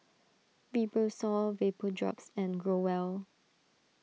Fibrosol Vapodrops and Growell